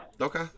Okay